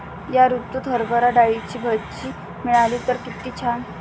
या ऋतूत हरभरा डाळीची भजी मिळाली तर कित्ती छान